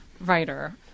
writer